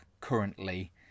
currently